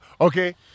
Okay